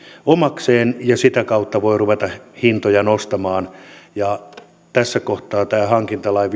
omakseen ja sitä kautta voi ruveta hintoja nostamaan ja tässä kohtaa tämä hankintalain